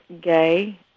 gay